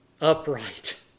upright